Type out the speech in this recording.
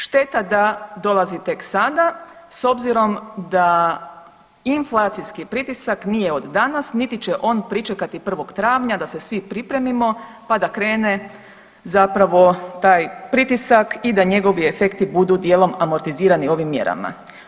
Šteta da dolazi tek sada s obzirom da inflacijski pritisak nije od danas niti će on pričekati 1. travnja da se svi pripremimo pa da krene zapravo taj pritisak i da njegovi efekti budu dijelom amortizirani ovim mjerama.